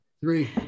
three